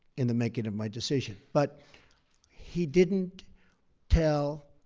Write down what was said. in the making of my decision. but he didn't tell